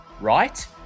right